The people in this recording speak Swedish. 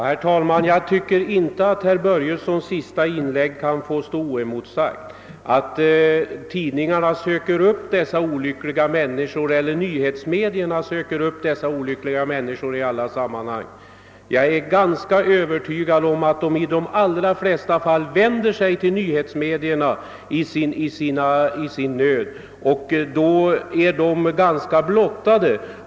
Herr talman! Jag tycker inte att herr Börjessons i Falköping senaste inlägg kan få stå oemotsagt. Han säger att nybetsmedia söker upp dessa olyckliga människor i alla sammanhang. Jag är övertygad om att dessa människor i de allra flesta fall vänder sig till nyhetsmedia.